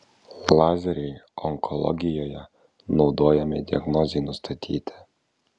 lazeriai onkologijoje naudojami diagnozei nustatyti